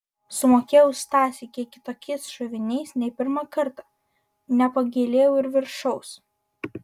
sumokėjau stasiui kiek kitokiais šoviniais nei pirmą kartą nepagailėjau ir viršaus